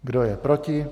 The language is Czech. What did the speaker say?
Kdo je proti?